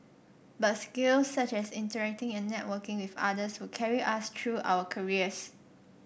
but skills such as interacting and networking with others will carry us through our careers